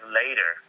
later